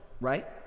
right